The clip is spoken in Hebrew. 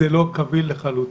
זה לא קביל לחלוטין.